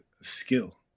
skill